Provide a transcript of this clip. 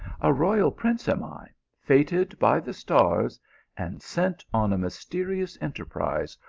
a royal prince am i, fated by the stars and sent on a myste rious enterprise,